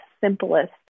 simplest